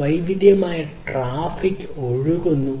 വൈവിധ്യമാർന്ന ട്രാഫിക് ഒഴുകുന്നു